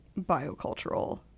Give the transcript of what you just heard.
biocultural